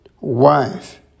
wife